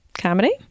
comedy